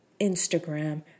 Instagram